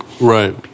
Right